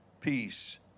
peace